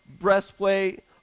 breastplate